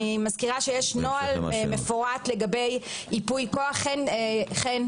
אני מזכירה שיש נוהל מפורט לגבי ייפוי כוח חן,